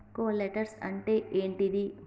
Collaterals అంటే ఏంటిది?